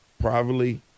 privately